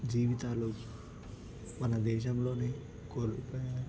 జీవితాలు మన దేశంలో కోల్పోయారు